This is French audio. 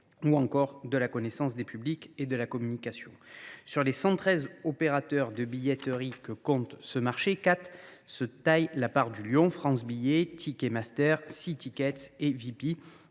ou encore de la connaissance des publics et de la communication. Sur les cent treize opérateurs de billetterie que compte ce marché, quatre se taillent la part du lion : France Billet, TicketMaster, See Tickets et Veepee